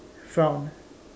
frown